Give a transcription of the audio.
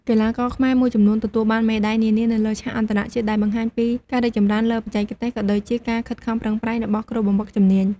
កីឡាករខ្មែរមួយចំនួនទទួលបានមេដាយនានានៅលើឆាកអន្តរជាតិ ដែលបង្ហាញពីការរីកចម្រើនលើបច្ចេកទេស ក៏ដូចជាការខិតខំប្រឹងប្រែងរបស់គ្រូបង្វឹកជំនាញ។